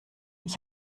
ich